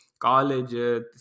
college